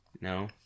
No